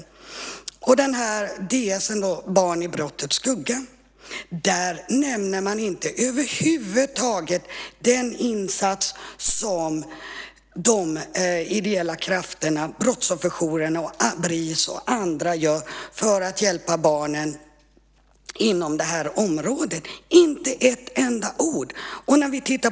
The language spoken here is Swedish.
I departementsskrivelsen Barnen i brottets skugga nämner man över huvud taget inte den insats som de ideella krafterna - brottsofferjourerna, Bris och andra - gör för att hjälpa barnen inom det här området. Det står inte ett enda ord om det.